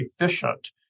efficient